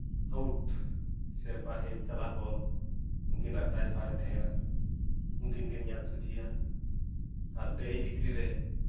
out ᱥᱮ ᱵᱟᱨᱦᱮ ᱪᱟᱞᱟᱜ ᱵᱚᱞ ᱩᱝᱠᱤᱱᱟᱜ ᱫᱟᱭᱵᱷᱟᱨ ᱨᱮ ᱛᱮᱦᱮᱱᱟ ᱩᱝᱠᱤᱱ ᱠᱤᱱ ᱧᱮᱞ ᱥᱩᱡᱷᱮᱭᱟ ᱟᱨ ᱰᱟᱹᱦᱤ ᱵᱷᱤᱛᱨᱤ ᱨᱮ